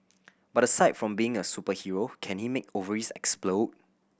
but aside from being a superhero can he make ovaries explode